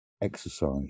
exercise